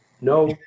No